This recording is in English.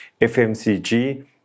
FMCG